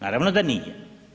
Naravno da nije.